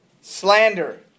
slander